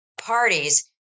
parties